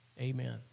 Amen